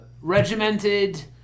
Regimented